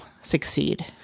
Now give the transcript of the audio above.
succeed